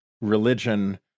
religion